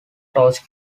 torch